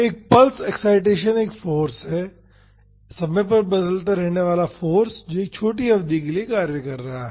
एक pulse excitation एक force है समय पर बदलते रहने वाला फाॅर्स जो एक छोटी अवधि के लिए कार्य कर रहा है